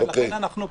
ולכן אנחנו פה.